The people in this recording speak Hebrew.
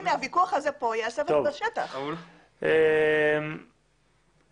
שזה חסר משמעות אם הוא